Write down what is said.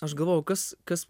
aš galvoju kas kas